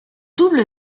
double